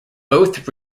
both